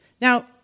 Now